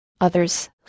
Others